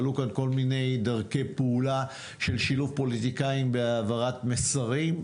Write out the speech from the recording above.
עלו כאן כל מיני דרכי פעולה של שילוב פוליטיקאים בהעברת מסרים.